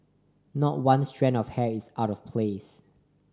not one strand of hair is out of place